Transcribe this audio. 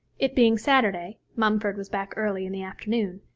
it being saturday, mumford was back early in the afternoon,